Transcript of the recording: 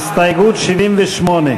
ההסתייגות של קבוצת